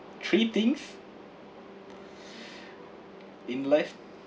three things in life